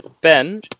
Ben